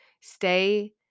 stay